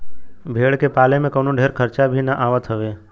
भेड़ के पाले में कवनो ढेर खर्चा भी ना आवत हवे